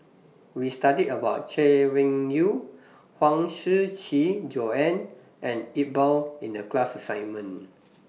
We studied about Chay Weng Yew Huang Shiqi Joan and Iqbal in The class assignment